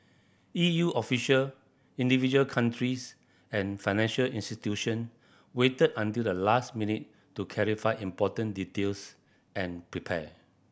E U official individual countries and financial institution waited until the last minute to clarify important details and prepare